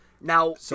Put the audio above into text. Now